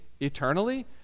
eternally